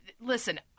listen